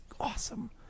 awesome